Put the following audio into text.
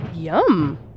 Yum